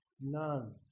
none